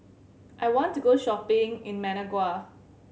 I want to go shopping in Managua